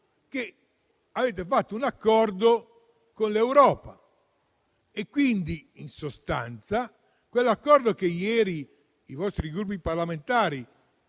di aver fatto un accordo con l'Europa, in sostanza quell'accordo che ieri i Gruppi parlamentari